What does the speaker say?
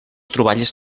troballes